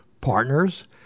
partners